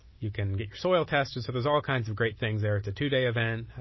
you can get your soil tested. so there's all kinds of great things there. it's a two-day event.